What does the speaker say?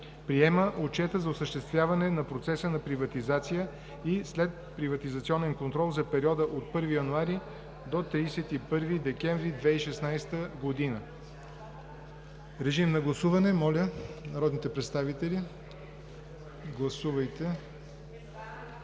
Приема Отчета за осъществяване на процеса на приватизация и следприватизационен контрол за периода от 1 януари до 31 декември 2016 г.“ Моля, народните представители – гласувайте.